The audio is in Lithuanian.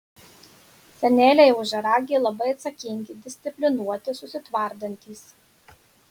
seneliai ožiaragiai labai atsakingi disciplinuoti susitvardantys